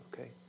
okay